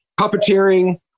puppeteering